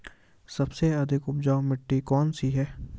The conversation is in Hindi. सबसे अधिक उपजाऊ मिट्टी कौन सी है?